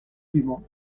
dumont